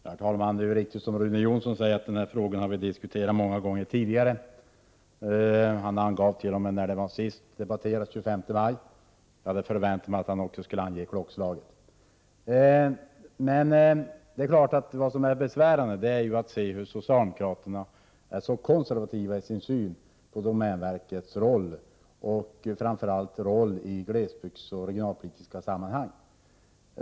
Herr talman! Det är riktigt som Rune Jonsson säger, att den här frågan diskuterats många gånger tidigare. Han angav t.o.m. när den senast debatterades: den 25 maj. Jag hade nästan förväntat mig att han också skulle ange klockslaget. Vad som är besvärande är att se hur konservativa socialdemokraterna är i sin syn på domänverkets roll, framför allt dess roll i glesbygdsoch regionalpolitiska sammanhang.